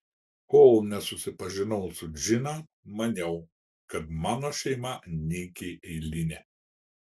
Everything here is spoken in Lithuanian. kol nesusipažinau su džina maniau kad mano šeima nykiai eilinė